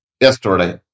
yesterday